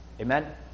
Amen